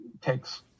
takes